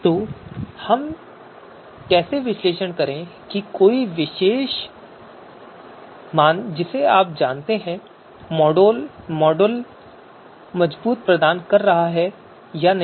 तो हम कैसे विश्लेषण करें कि कोई विशेष जिसे आप जानते हैं मॉडल मजबूत परिणाम प्रदान कर रहा है या नहीं